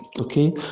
okay